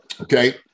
okay